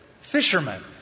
fishermen